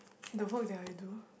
the work that I do